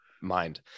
mind